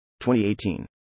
2018